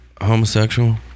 homosexual